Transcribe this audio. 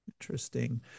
Interesting